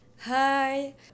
Hi